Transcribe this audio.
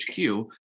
HQ